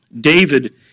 David